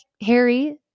Harry